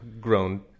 grown